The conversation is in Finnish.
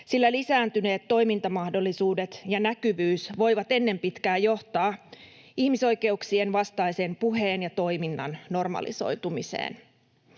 sillä lisääntyneet toimintamahdollisuudet ja näkyvyys voivat ennen pitkää johtaa ihmisoikeuksien vastaisen puheen ja toiminnan normalisoitumiseen.